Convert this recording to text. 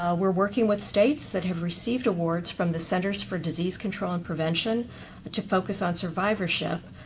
ah we're working with states that have received awards from the centers for disease control and prevention to focus on survivorship.